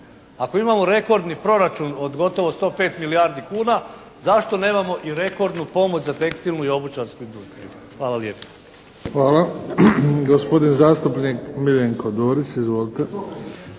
Ako imamo rekordni proračun od gotovo 105 mililjardi kuna, zašto nemamo i rekordnu pomoć za tekstilnu i obućarsku industriju? Hvala lijepa. **Bebić, Luka (HDZ)** Hvala. Gospodin zastupnik Miljenko Dorić. Izvolite.